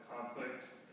conflict